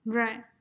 right